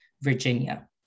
Virginia